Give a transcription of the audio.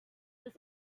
this